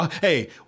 Hey